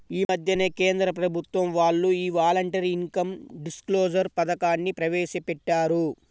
యీ మద్దెనే కేంద్ర ప్రభుత్వం వాళ్ళు యీ వాలంటరీ ఇన్కం డిస్క్లోజర్ పథకాన్ని ప్రవేశపెట్టారు